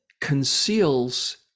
conceals